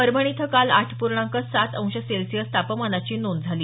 परभणी इथं काल आठ पूर्णांक सात अंश सेल्सिअस तापमानाची नोंद झाली